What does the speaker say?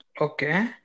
Okay